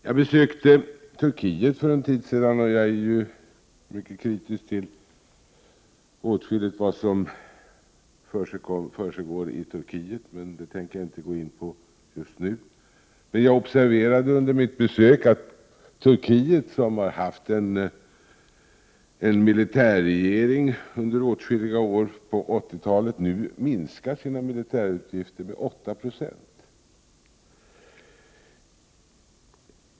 Jag besökte för en tid sedan Turkiet; jag är mycket kritisk till åtskilligt av vad som försiggår i Turkiet, men det tänker jag inte gå in på just nu. Jag observerade under mitt besök att Turkiet, som haft en militärregering under åtskilliga år på 1980-talet, nu minskar sina militärutgifter med 8 6.